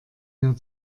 mir